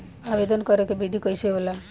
आवेदन करे के विधि कइसे होला?